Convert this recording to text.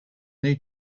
new